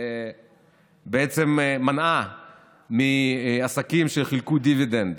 מנעה מעסקים שחילקו דיבידנד